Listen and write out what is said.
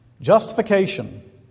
Justification